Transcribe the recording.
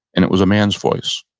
and it was a man's voice.